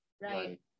Right